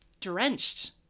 drenched